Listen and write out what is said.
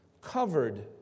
covered